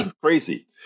Crazy